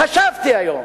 חשבתי היום,